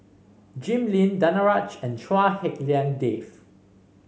Jim Lim Danaraj and Chua Hak Lien Dave